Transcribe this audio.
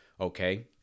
okay